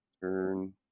Turn